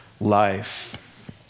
life